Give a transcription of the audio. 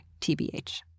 TBH